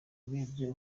urebye